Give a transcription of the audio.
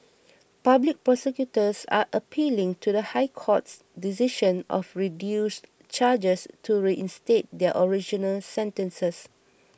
public prosecutors are appealing to the High Court's decision of reduced charges to reinstate their original sentences